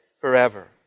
forever